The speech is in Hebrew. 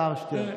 השר שטרן.